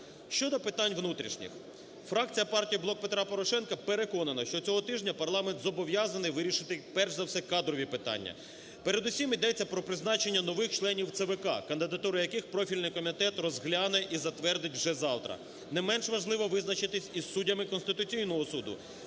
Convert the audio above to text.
Щодо питань внутрішніх. Фракція Партії "Блок Петра Порошенка" переконана, що цього тижня парламент зобов'язаний вирішити перш за все кадрові питання, передусім ідеться про призначення нових членів ЦВК, кандидатури яких профільний комітет розгляне і затвердить вже завтра. Не менш важливо визначитись і з суддями Конституційного Суду.